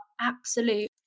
absolute